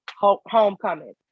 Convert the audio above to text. homecoming